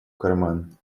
карман